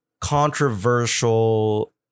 controversial